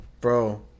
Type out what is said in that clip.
Bro